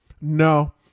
No